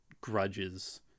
grudges